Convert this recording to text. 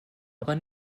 aber